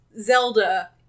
Zelda